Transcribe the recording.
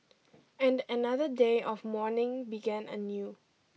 and another day of mourning began anew